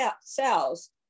cells